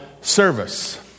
service